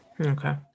Okay